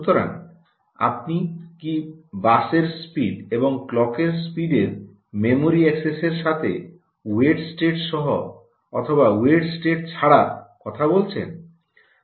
সুতরাং আপনি কি বাসের স্পিড এবং ক্লকের স্পিডের মেমরি অ্যাক্সেসের সাথে ওয়েট স্টেট সহ অথবা ওয়েট স্টেট ছাড়া কথা বলছেন